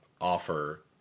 offer